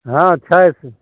हँ छै